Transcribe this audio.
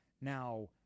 now